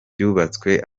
byubatswe